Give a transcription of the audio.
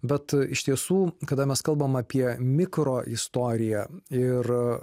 bet iš tiesų kada mes kalbam apie mikroistoriją ir